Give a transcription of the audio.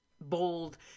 bold